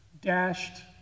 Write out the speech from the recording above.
dashed